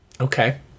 Okay